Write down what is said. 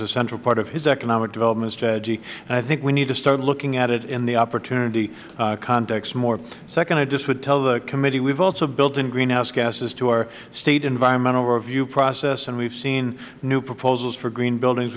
central part of his economic development strategy and i think we need to start looking at it in the opportunity context more second i just would tell the committee we have also built in greenhouse gases to our state environmental review process and we have seen new proposals for green buildings